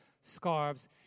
scarves